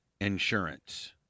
insurance